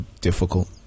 difficult